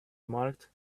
marked